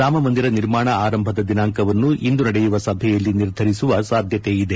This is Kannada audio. ರಾಮಮಂದಿರ ನಿರ್ಮಾಣ ಆರಂಭದ ದಿನಾಂಕವನ್ನು ಇಂದು ನಡೆಯುವ ಸಭೆಯಲ್ಲಿ ನಿರ್ಧರಿಸುವ ಸಾಧ್ಯತೆ ಇದೆ